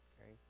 okay